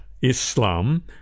Islam